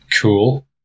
cool